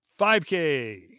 5K